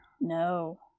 no